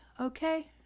okay